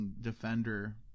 defender